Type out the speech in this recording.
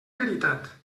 veritat